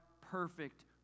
perfect